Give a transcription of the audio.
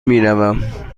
میروم